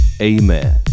Amen